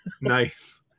Nice